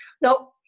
Now